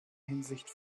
hinsicht